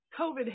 COVID